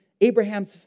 Abraham's